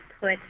put